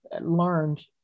learned